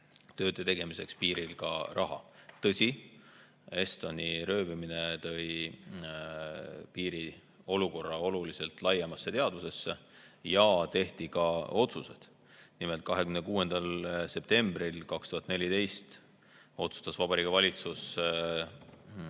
tööde tegemiseks piiril ka raha. Tõsi, Estoni röövimine tõi piiri olukorra oluliselt laiemasse teadvusesse ja tehti ka otsused. Nimelt, 26. septembril 2014 otsustas Vabariigi Valitsus